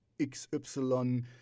XY